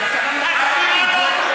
וזה מופיע בתקנון,